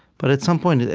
but at some point,